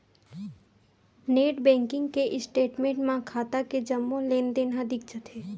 net banking के statement म खाता के जम्मो लेनदेन ह दिख जाथे